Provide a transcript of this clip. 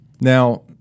Now